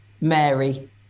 Mary